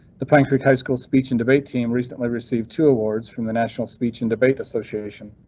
the pine creek high school speech and debate team recently received two awards from the national speech and debate association.